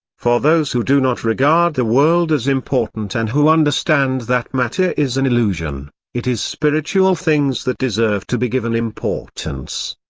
for those who do not regard the world as important and who understand that matter is an illusion, it is spiritual things that deserve to be given importance.